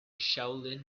shaolin